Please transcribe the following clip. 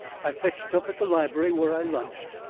i fetched up at the library where i lunched.